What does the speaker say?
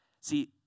See